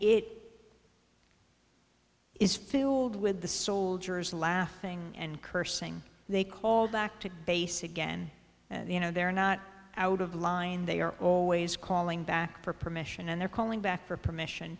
it is filled with the soldiers laughing and cursing they call back to base again you know they're not out of line they are always calling back for permission and they're calling back for permission